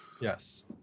Yes